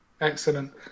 Excellent